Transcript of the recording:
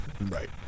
Right